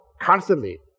constantly